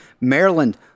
Maryland